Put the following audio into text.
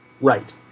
right